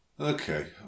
Okay